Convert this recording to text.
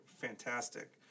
fantastic